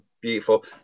beautiful